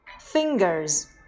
fingers